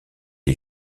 est